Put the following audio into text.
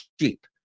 cheap